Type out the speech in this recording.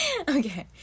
okay